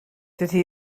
dydy